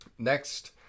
Next